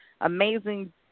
amazing